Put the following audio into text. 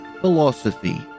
Philosophy